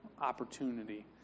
opportunity